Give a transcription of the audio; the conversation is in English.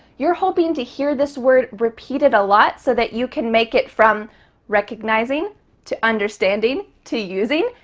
you're hoping to hear this word repeated a lot so that you can make it from recognizing to understanding to using,